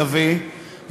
סבי,